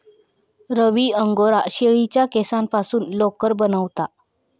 रवी Angora शेळीच्या केसांपासून लोकर बनवता